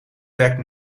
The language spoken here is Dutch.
werkt